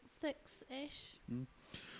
six-ish